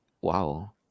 wow